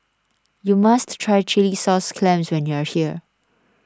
you must try Chilli Sauce Clams when you are here